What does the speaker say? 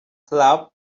club